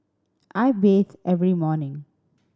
I bathe every morning